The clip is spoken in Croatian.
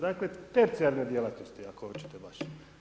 Dakle tercijalne djelatnosti ako hoćete baš.